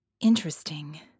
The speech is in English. Interesting